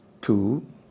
Two